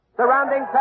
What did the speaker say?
surrounding